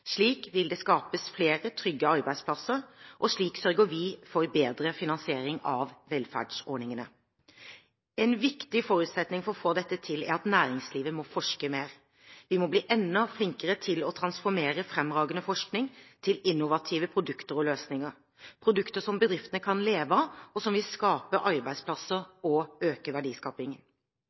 Slik vil det skapes flere trygge arbeidsplasser, og slik sørger vi for bedre finansiering av velferdsordningene. En viktig forutsetning for å få dette til er at næringslivet må forske mer. Vi må bli enda flinkere til å transformere fremragende forskning til innovative produkter og løsninger – produkter som bedrifter kan leve av, og som vil skape arbeidsplasser og øke verdiskapingen.